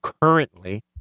currently